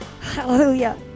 hallelujah